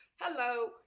hello